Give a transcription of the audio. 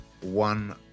one